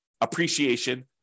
appreciation